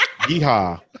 Yeehaw